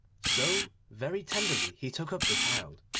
so very tenderly he took up the child,